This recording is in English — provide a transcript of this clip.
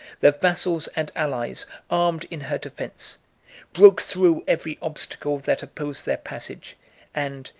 the vassals and allies armed in her defence broke through every obstacle that opposed their passage and,